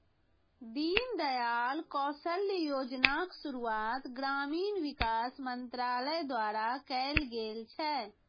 दीनदयाल कौशल्य योजनाक शुरुआत ग्रामीण विकास मंत्रालय द्वारा कैल गेल छै